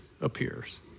appears